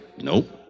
Nope